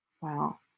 Wow